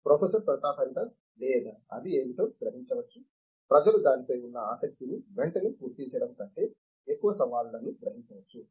professor Pratap Haridas లేదా అది ఏమిటో గ్రహించవచ్చు ప్రజలు దానిపై ఉన్న ఆసక్తిని వెంటనే గుర్తించడం కంటే ఎక్కువ సవాళ్లను గ్రహించవచ్చు